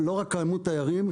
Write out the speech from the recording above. לא רק כמות תיירים,